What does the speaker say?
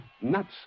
nuts